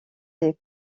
des